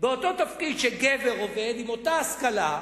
באותו תפקיד שגבר עובד, עם אותה השכלה,